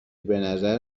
بنظر